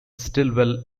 stillwell